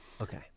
Okay